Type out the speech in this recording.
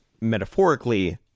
metaphorically